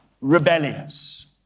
rebellious